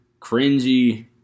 cringy